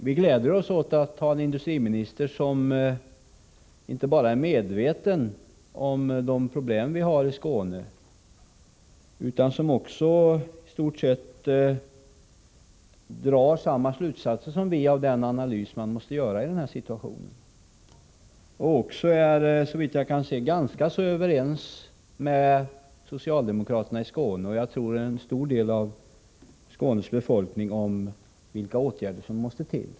Vi gläder oss åt att ha en industriminister som inte bara är medveten om de problem som vi har i Skåne utan som också i stort sett drar samma slutsatser som vi av den analys som måste göras i denna situation och även, såvitt jag kan se, är ganska överens med socialdemokraterna i Skåne, och jag tror med en stor del av Skånes befolkning, om vilka åtgärder som måste till.